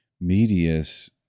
medius